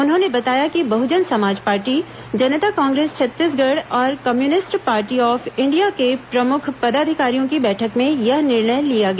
उन्होंने बताया कि बहजन समाज पार्टी जनता कांग्रेस छत्तीसगढ़ और कम्युनिस्ट पार्टी ऑफ इंडिया के प्रमुख पदाधिकारियों की बैठक में यह निर्णय लिया गया